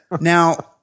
Now